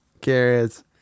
carrots